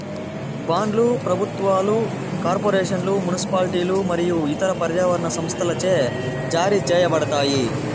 బాండ్లు ప్రభుత్వాలు, కార్పొరేషన్లు, మునిసిపాలిటీలు మరియు ఇతర పర్యావరణ సంస్థలచే జారీ చేయబడతాయి